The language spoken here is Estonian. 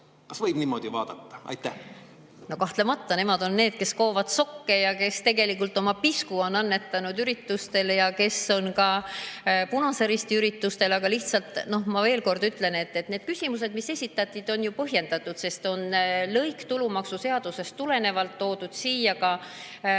Kas võib niimoodi vaadata? No kahtlemata nemad on need, kes koovad sokke ja kes tegelikult oma pisku on annetanud üritustele ja kes on ka Punase Risti üritustel. Aga lihtsalt ma veel kord ütlen, et need küsimused, mis esitati, on põhjendatud, sest tulenevalt lõigust tulumaksuseaduses on toodud siia ka üks